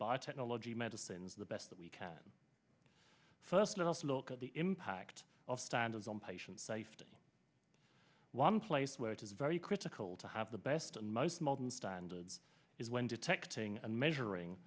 biotechnology medicines the best that we can first let us look at the impact of standards on patient safety one place where it is very critical to have the best and most modern standards is when detecting and measuring